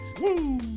Woo